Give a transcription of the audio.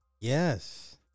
Yes